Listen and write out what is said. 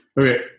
Okay